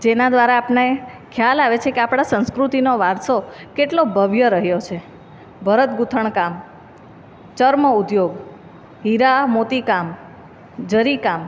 જેના દ્વારા આપણને ખ્યાલ આવે છે કે આપણાં સંસ્કૃતિનો વારસો કેટલો ભવ્ય રહ્યો છે ભરત ગૂંથણ કામ ચર્મ ઉદ્યોગ હીરા મોતી કામ ઝરી કામ